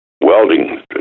welding